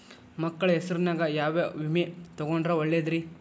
ಮಕ್ಕಳ ಹೆಸರಿನ್ಯಾಗ ಯಾವ ವಿಮೆ ತೊಗೊಂಡ್ರ ಒಳ್ಳೆದ್ರಿ?